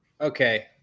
okay